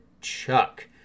Chuck